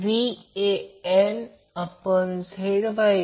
मी त्याचप्रमाणे Y सर्किटसाठी line current phase current असे सांगितले आहे